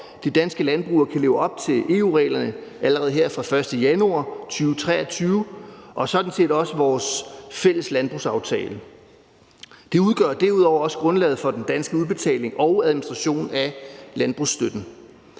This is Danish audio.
de danske landbrugere kan leve op til EU-reglerne allerede her fra den 1. januar 2023 og sådan set også vores fælles landbrugsaftale. Det udgør derudover også grundlaget for den danske udbetaling og administration af landbrugsstøtten.